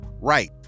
right